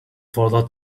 for